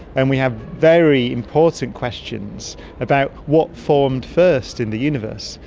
and we have very important questions about what formed first in the universe.